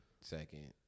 Second